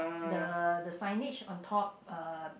the the signage on top uh